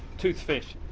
toothfish.